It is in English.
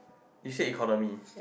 you said economy